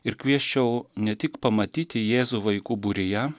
ir kviesčiau ne tik pamatyti jėzų vaikų būryje